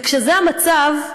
וכשזה המצב,